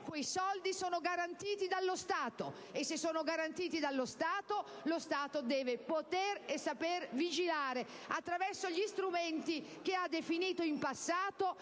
quei soldi sono garantiti dallo Stato. E se sono garantiti dallo Stato, questo deve poter e saper vigilare attraverso gli strumenti che ha definito in passato.